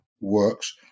works